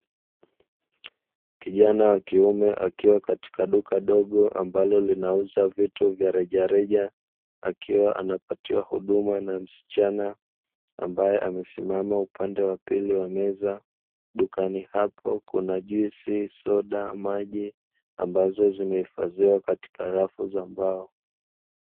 Kijana wa kiume akiwa katika duka dogo ambalo linauza vitu vya rejareja, akiwa anapatiwa huduma na msichana ambaye amesimama upande wa pili w ameza. Dukani hapo kuna juisi, soda, maji ambazo zimehifadhiwa katika rafu za mbao.